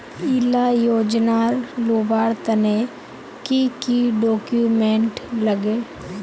इला योजनार लुबार तने की की डॉक्यूमेंट लगे?